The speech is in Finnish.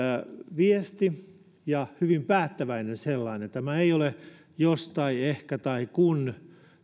viesti ja hyvin päättäväinen sellainen tämä ei ole jos tai ehkä tai kun